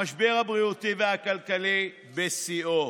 המשבר הבריאותי והכלכלי בשיאו.